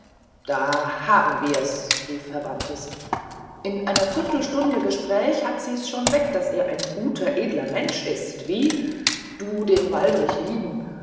da haben wir's rief herr bantes in einer viertelstunde gesprächs hat sie es schon weg daß er ein guter edler mensch ist wie du den waldrich lieben